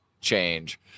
change